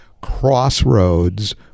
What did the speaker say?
crossroads